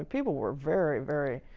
ah people were very, very,